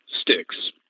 sticks